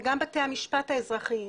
וגם בתי המשפט האזרחיים,